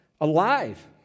alive